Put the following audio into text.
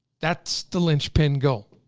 that's the linchpin goal.